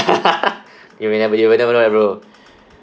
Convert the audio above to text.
you will never you will never know right bro